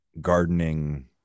gardening